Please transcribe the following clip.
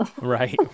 Right